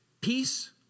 Peace